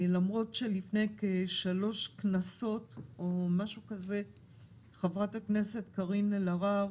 למרות שלפני כשלוש כנסות או משהו כזה חברת הכנסת קרין אלהרר